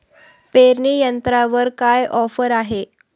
पेरणी यंत्रावर काय ऑफर आहे?